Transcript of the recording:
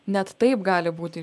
net taip gali būti